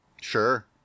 Sure